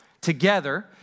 together